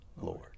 Lord